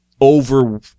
over